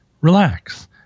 relax